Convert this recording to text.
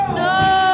no